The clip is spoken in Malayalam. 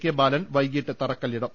കെ ബാലൻ വൈകീട്ട് തറക്കല്ലിടും